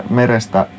merestä